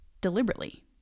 deliberately